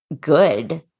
good